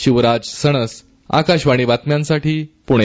शिवराज सणस आकाशवाणी बातम्यांसाठी पुणे